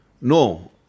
No